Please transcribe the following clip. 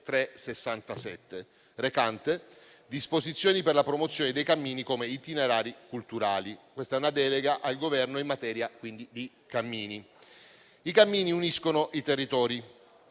2367, recante disposizioni per la promozione dei cammini come itinerari culturali. Questa è una delega al Governo in materia di cammini. I cammini uniscono i territori,